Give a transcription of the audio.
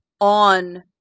on